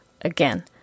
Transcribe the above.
again